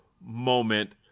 moment